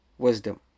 wisdom